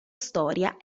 storia